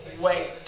wait